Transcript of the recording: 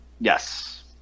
Yes